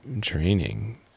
training